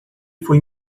foi